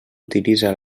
utilitza